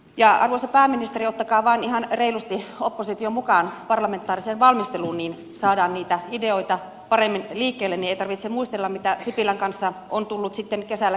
ja arvoisa pääministeri ottakaa vain ihan reilusti oppositio mukaan parlamentaariseen valmisteluun niin saadaan niitä ideoita paremmin liikkeelle eikä tarvitse muistella mitä sipilän kanssa on tullut sitten kesällä keskusteltua